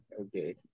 Okay